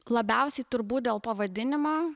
labiausiai turbūt dėl pavadinimo